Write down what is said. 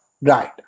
Right